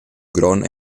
grond